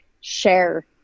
share